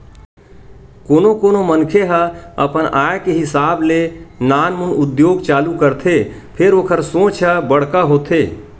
कोनो कोनो मनखे ह अपन आय के हिसाब ले नानमुन उद्यम चालू करथे फेर ओखर सोच ह बड़का होथे